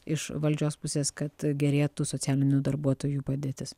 iš valdžios pusės kad gerėtų socialinių darbuotojų padėtis